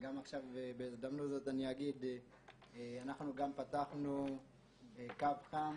וגם עכשיו בהזדמנות הזאת אני אגיד שאנחנו גם פתחנו בקו חם